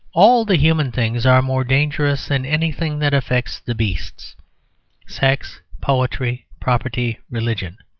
all the human things are more dangerous than anything that affects the beasts sex, poetry, property, religion.